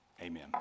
Amen